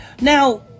now